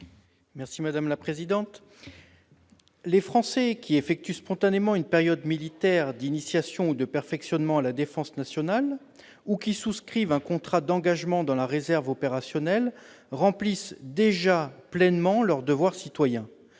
M. Ronan Le Gleut. Les Français qui effectuent spontanément une période militaire d'initiation ou de perfectionnement à la défense nationale, ou qui souscrivent un contrat d'engagement dans la réserve opérationnelle remplissent déjà pleinement leur devoir citoyen.